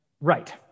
Right